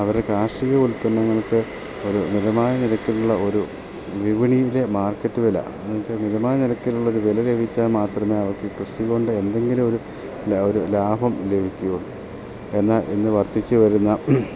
അവരെ കാർഷിക ഉൽപ്പന്നങ്ങൾക്ക് ഒരു മിതമായ നിരക്കിലുള്ള ഒരു വിപണിയിലെ മാർക്കറ്റ് വില എന്ന് വെച്ചാൽ മിതമായ നിരക്കിലുള്ള ഒരു വില ലഭിച്ചാൽ മാത്രമേ അവർക്ക് കൃഷി കൊണ്ട് എന്തെങ്കിലും ഒരു ഒരു ലാഭം ലഭിക്കുക ഉള്ളു എന്ന ഇന്ന് വർദ്ധിച്ച് വരുന്ന